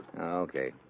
Okay